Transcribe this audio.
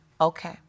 Okay